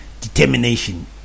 determination